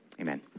Amen